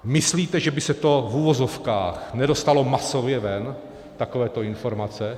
Myslíte, že by se to v uvozovkách nedostalo masově ven, takovéto informace?